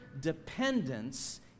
dependence